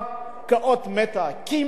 כמעט לא קיימת,